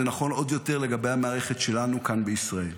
זה נכון עוד יותר לגבי המערכת שלנו, כאן בישראל.